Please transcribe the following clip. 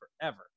forever